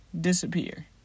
disappear